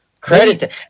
Credit